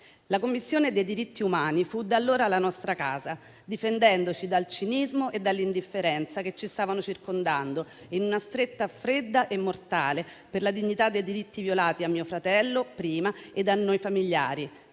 la tutela dei diritti umani fu da allora la nostra casa, difendendoci dal cinismo e dall'indifferenza che ci stavano circondando, in una stretta fredda e mortale per la dignità dei diritti violati a mio fratello, prima, e a noi familiari,